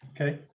okay